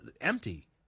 empty